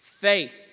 Faith